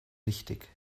nichtig